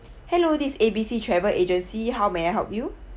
hello this A B C travel agency how may I help you